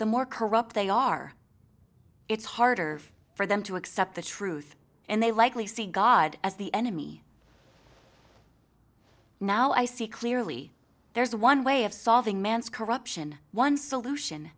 the more corrupt they are it's harder for them to accept the truth and they likely see god as the enemy now i see clearly there's one way of solving man's corruption one solution